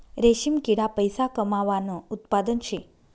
रेशीम किडा पैसा कमावानं उत्पादन शे